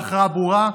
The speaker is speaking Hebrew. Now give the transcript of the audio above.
להכרעה ברורה,